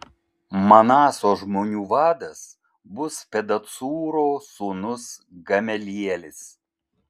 manaso žmonių vadas bus pedacūro sūnus gamelielis